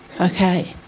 Okay